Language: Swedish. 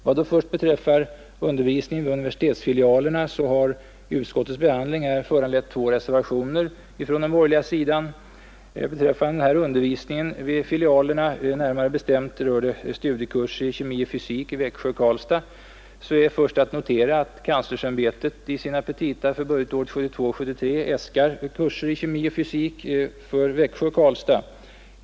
Vad då först beträffar undervisningen vid universitetsfilialerna har utskottets behandling här föranlett två reservationer från den borgerliga sidan. Beträffande denna undervisning vid filialerna — närmare bestämt rör det studiekurser i kemi och fysik i Växjö och Karlstad — så är först att notera att universitetskanslersämbetet i sina petita för budgetåret 1972/73 äskar att studiekurser i kemi och fysik skall komma till stånd i Växjö och Karlstad.